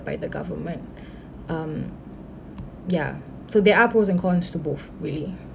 by the government um ya so there are pros and cons to both really